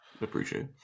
appreciate